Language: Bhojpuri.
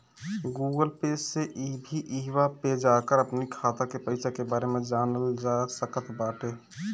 गूगल पे से भी इहवा पे जाके अपनी खाता के पईसा के बारे में जानल जा सकट बाटे